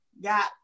got